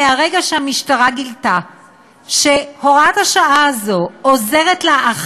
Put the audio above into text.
מרגע שהמשטרה גילתה שהוראת השעה הזאת עוזרת לה,